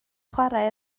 chwarae